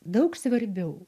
daug svarbiau